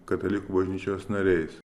katalikų bažnyčios nariais